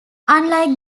unlike